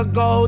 go